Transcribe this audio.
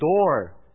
door